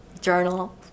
journal